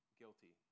guilty